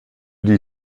die